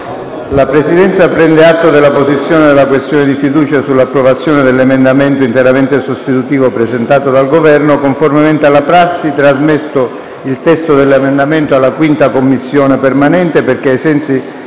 La Presidenza prende atto dell'apposizione della questione di fiducia sull'approvazione dell'emendamento interamente sostitutivo presentato dal Governo. Conformemente alla prassi, trasmette il testo dell'emendamento alla 5a Commissione permanente perché, ai sensi